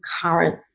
current